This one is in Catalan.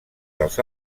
dels